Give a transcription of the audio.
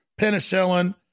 penicillin